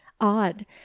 odd